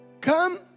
come